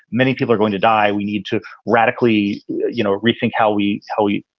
many people are going to die. we need to radically you know rethink how we how we